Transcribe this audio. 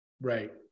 Right